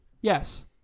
Yes